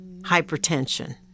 hypertension